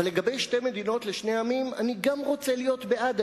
אבל גם לגבי שתי מדינות לשני עמים אני רוצה להיות בעד,